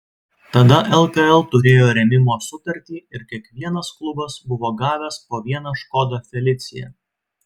tada lkl turėjo rėmimo sutartį ir kiekvienas klubas buvo gavęs po vieną škoda felicia